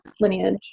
lineage